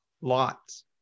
lots